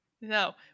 No